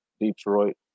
detroit